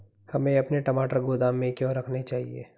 हमें अपने टमाटर गोदाम में क्यों रखने चाहिए?